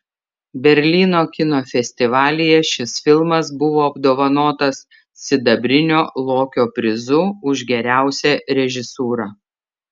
berlyno kino festivalyje šis filmas buvo apdovanotas sidabrinio lokio prizu už geriausią režisūrą